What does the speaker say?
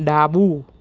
ડાબું